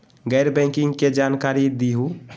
गैर बैंकिंग के जानकारी दिहूँ?